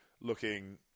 looking